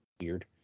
weird